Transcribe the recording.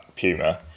Puma